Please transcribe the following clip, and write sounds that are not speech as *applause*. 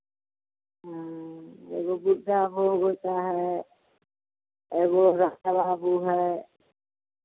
हाँ एको बुद्धा भोग होता है एगो *unintelligible* है